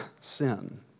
sin